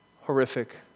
horrific